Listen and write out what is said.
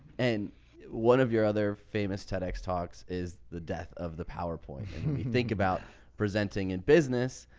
and one of your other famous tedx talks talks is the death of the power point. and we think about presenting in business.